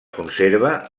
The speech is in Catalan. conserva